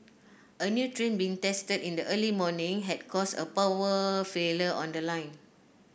a new train being tested in the early morning had caused a power failure on the line